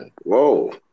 whoa